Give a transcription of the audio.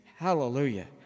Hallelujah